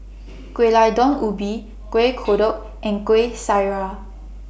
Gulai Daun Ubi Kueh Kodok and Kuih Syara